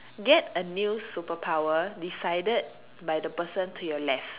get a new superpower decided by the person to your left